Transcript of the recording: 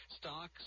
stocks